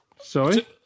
Sorry